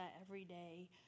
everyday